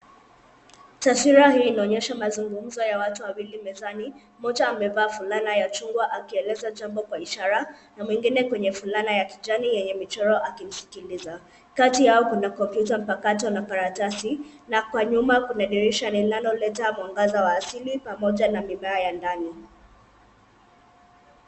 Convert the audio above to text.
Taswira hii inaonyesha mazungumzo ya watu wawili mezani mmoja amevaa fulana ya chungwa akieleza jambo kwa ishara na mwingine kwenye fulana ya kijani yenye michoro akimsikiliza. Kati yao kuna kompyuta mpakato na karatasi. Na kwa nyuma kuna dirisha lililoleta mwangaza wa asili pamoja na mipaa ya ndani.